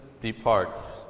departs